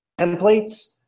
templates